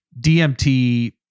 DMT